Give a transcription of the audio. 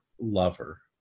lover